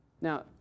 Now